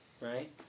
right